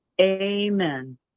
Amen